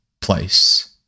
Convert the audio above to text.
place